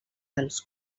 dels